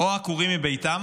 עקורים מביתם